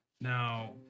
Now